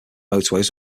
motorways